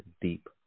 deep